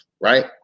right